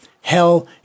Hell